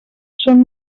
són